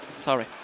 Sorry